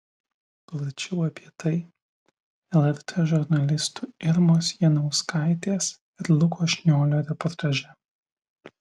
plačiau apie tai lrt žurnalistų irmos janauskaitės ir luko šniolio reportaže